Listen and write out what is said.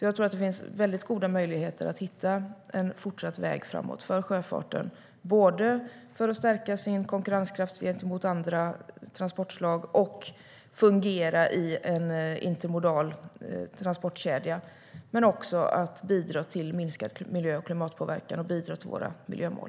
Jag tror att det finns goda möjligheter att hitta en fortsatt väg framåt för sjöfarten, för att stärka konkurrenskraften gentemot andra transportslag och för att fungera i en intermodal transportkedja men också för att bidra till minskad klimat och miljöpåverkan och till våra miljömål.